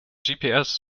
gps